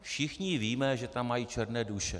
Všichni víme, že tam mají černé duše.